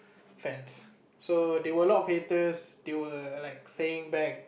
fans so there were a lot of haters they were like saying back